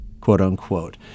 quote-unquote